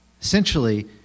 essentially